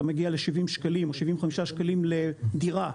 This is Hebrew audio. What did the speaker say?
אתה מגיע ל-70-75 שקלים לדירה.